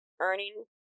earning